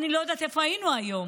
אני לא יודעת איפה היינו היום.